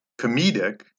comedic